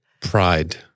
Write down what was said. pride